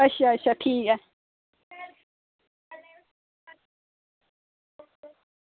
अच्छा अच्छा ठीक ऐ